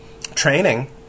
training